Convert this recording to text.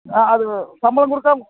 ஆ அது சம்பளம் கொடுத்தா